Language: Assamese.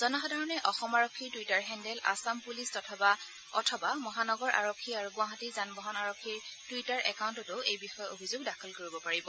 জনসাধাৰণে অসম আৰক্ষীৰ টুইটাৰ হেণ্ডেল আছাম পুলিচ অথবা মহানগৰ আৰক্ষী আৰু গুৱাহাটী যান বাহন আৰক্ষীৰ টুইটাৰ একাউণ্টতো এই বিষয়ে অভিযোগ দাখিল কৰিব পাৰিব